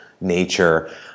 nature